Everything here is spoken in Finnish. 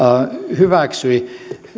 hyväksyi